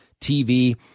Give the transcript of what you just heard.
TV